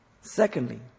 Secondly